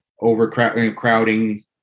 overcrowding